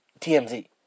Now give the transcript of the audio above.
TMZ